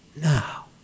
now